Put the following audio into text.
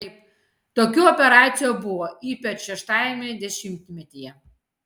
taip tokių operacijų buvo ypač šeštajame dešimtmetyje